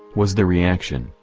was the reaction,